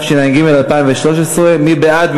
התשע"ג 2013. מי בעד?